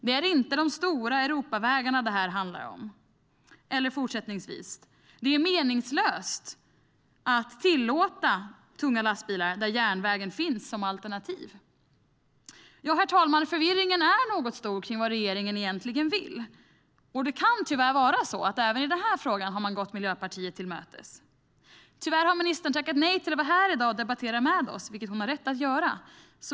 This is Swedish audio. Det är inte de stora Europavägarna det handlar om. Ministern säger fortsättningsvis: Det är meningslöst att tillåta tunga lastbilar där järnvägen finns som alternativ. Herr talman! Förvirringen är något stor om vad regeringen egentligen vill. Det kan tyvärr vara så att man även i den här frågan har gått Miljöpartiet till mötes. Tyvärr har ministern tackat nej till att vara här i dag och debattera med oss, vilket hon har rätt att göra.